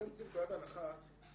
אתם יוצאים מנקודת הנחה שסקר,